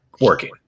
working